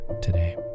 today